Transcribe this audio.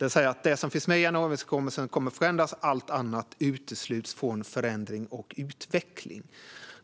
Kommer alltså det som finns med i januariöverenskommelsen att förändras medan allt annat utesluts från förändring och utveckling?